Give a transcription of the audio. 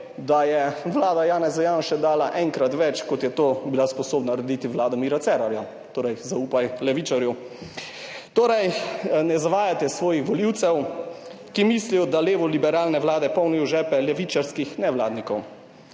da je vlada Janeza Janše dala enkrat več, kot je to bila sposobna narediti vlada Mira Cerarja. Torej, zaupaj levičarju. Ne zavajajte svojih volivcev, ki mislijo, da levoliberalne vlade polnijo žepe levičarskih nevladnikov,